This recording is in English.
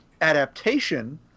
adaptation